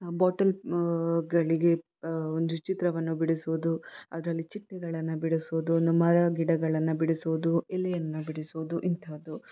bottle ಗಳಿಗೆ ಒಂದು ಚಿತ್ರವನ್ನು ಬಿಡಿಸುವುದು ಅದರಲ್ಲಿ ಚಿಟ್ಟೆಗಳನ್ನು ಬಿಡಿಸುವುದು ಒಂದು ಮರ ಗಿಡಗಳನ್ನು ಬಿಡಿಸುವುದು ಎಲೆಯನ್ನು ಬಿಡಿಸುವುದು ಇಂಥದ್ದು